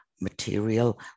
material